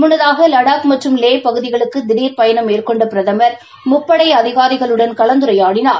முன்னதாக லடாக் மற்றும் லே பகுதிகளுக்கு திவர் பயணம் மேற்கொண்ட பிரதம் முப்படை அதிகாரிகளுடன் கலந்துரையாடினார்